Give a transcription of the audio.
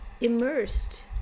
immersed